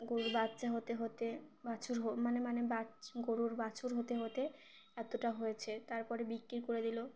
গরুর বাচ্চা হতে হতে বাছুর মানে মানে গরুর বাছুর হতে হতে এতটা হয়েছে তারপরে বিক্রি করে দিল